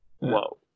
Whoa